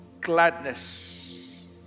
gladness